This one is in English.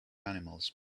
animals